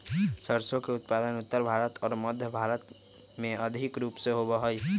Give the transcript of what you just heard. सरसों के उत्पादन उत्तर भारत और मध्य भारत में अधिक रूप से होबा हई